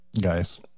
guys